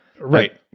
right